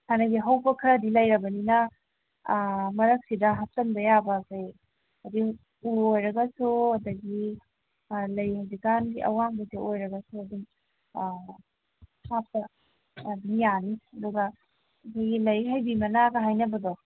ꯍꯥꯟꯅꯒꯤ ꯍꯧꯕ ꯈꯔꯕꯨꯗꯤ ꯂꯩꯔꯕꯅꯤꯅ ꯃꯔꯛꯁꯤꯗ ꯍꯥꯞꯆꯤꯟꯕ ꯌꯥꯕ ꯀꯔꯤ ꯎ ꯑꯣꯏꯔꯒꯁꯨ ꯑꯗꯒꯤ ꯂꯩ ꯍꯧꯖꯤꯛ ꯀꯥꯟꯒꯤ ꯑꯋꯥꯡꯕꯗꯨ ꯑꯣꯏꯔꯒꯁꯨ ꯑꯗꯨꯝ ꯍꯥꯞꯄ ꯑꯗꯨꯝ ꯌꯥꯅꯤ ꯑꯗꯨꯒ ꯑꯗꯨꯒꯤ ꯂꯩ ꯍꯥꯏꯗꯤ ꯃꯅꯥꯒ ꯍꯥꯏꯅꯕꯗꯣ